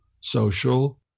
social